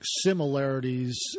similarities